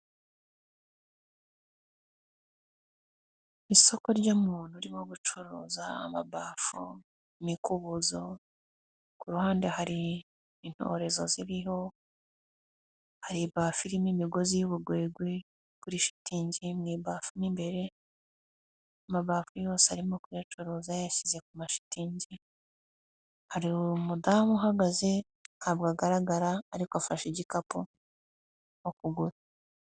Isoko ry'umuntu urimo gucuruza amabafo, imikubuzo, ku ruhande hari intorezo ziriho, hari ibafo irimo imigozi y'ubugogwe kuri shitingi mu ibafo mu imbere, amababi yose arimo kuyacuruza yayashyize ku mashitingi, hari umudamu uhagaze, ntabwo agaragara ariko afashe igikapu mu kuguru.